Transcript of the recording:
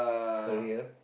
career